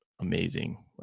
amazing